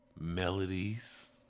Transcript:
melodies